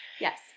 Yes